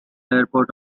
airport